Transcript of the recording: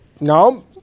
No